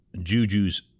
Juju's